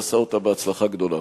ועשה אותה בהצלחה גדולה.